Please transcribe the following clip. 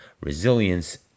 resilience